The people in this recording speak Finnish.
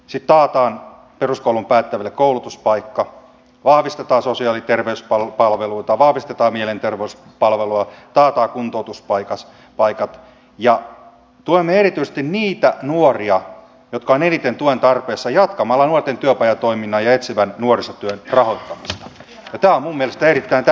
sitten taataan peruskoulun päättävälle koulutuspaikka vahvistetaan sosiaali ja terveyspalveluita vahvistetaan mielenterveyspalvelua taataan kuntoutuspaikat ja tuemme erityisesti niitä nuoria jotka ovat eniten tuen tarpeessa jatkamalla nuorten työpajatoiminnan ja etsivän nuorisotyön rahoittamista ja tämä on mielestäni erittäin tärkeä asia